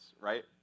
right